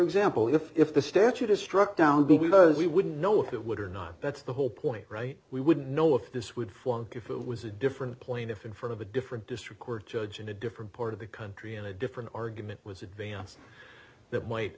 example if if the statute is struck down be because we wouldn't know if it would or not that's the whole point right we wouldn't know if this would flunk if it was a different plaintiff in front of a different district court judge in a different part of the country and a different argument was advanced that might